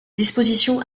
disposition